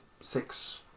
six